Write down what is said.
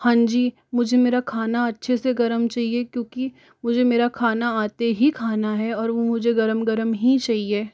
हाँ जी मुझे मेरा खाना अच्छे से गर्म चाहिए क्योंकि मुझे मेरा खाना आते ही खाना है और वह मुझे गर्म गर्म ही चहिए